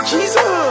Jesus